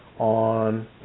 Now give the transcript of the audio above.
On